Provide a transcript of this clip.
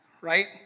right